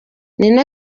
nina